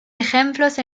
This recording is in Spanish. ejemplos